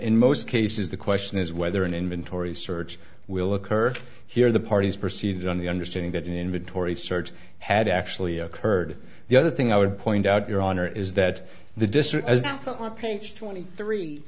in most cases the question is whether an inventory search will occur here the parties proceed on the understanding that an inventory search had actually occurred the other thing i would point out your honor is that the district as that's on page twenty three